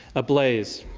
ablaze.